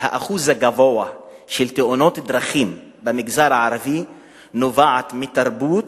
לאחוז הגבוה של תאונות דרכים במגזר הערבי נובעת מתרבות